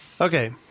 Okay